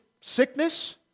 sickness